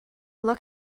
look